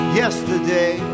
yesterday